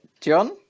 john